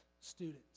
students